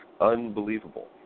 unbelievable